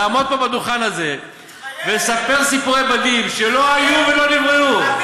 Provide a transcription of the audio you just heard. לעמוד פה על הדוכן ולספר סיפורי בדים שלא היו ולא נבראו.